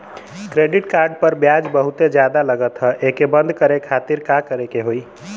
Credit card पर ब्याज बहुते ज्यादा लगत ह एके बंद करे खातिर का करे के होई?